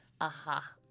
aha